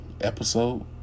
episode